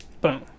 boom